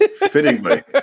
fittingly